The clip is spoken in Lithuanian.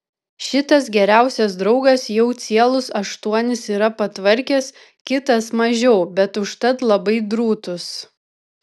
šitas geriausias draugas jau cielus aštuonis yra patvarkęs kitas mažiau bet užtat labai drūtus